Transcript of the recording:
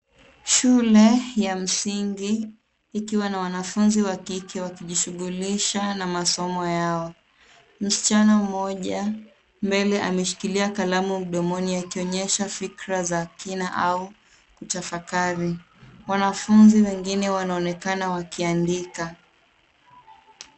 Shule ya msingi ikiwa na wanafunzi wa kike wakijishughulisha na masomo yao. Msichana mmoja mbele ameshikilia kalamu domoni akionyesha fikra za kina au kutafakari. Wanafunzi wengine wanaonekana wakiandika.